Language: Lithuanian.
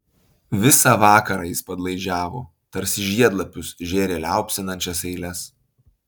visą vakarą jis padlaižiavo tarsi žiedlapius žėrė liaupsinančias eiles